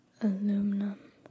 aluminum